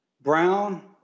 brown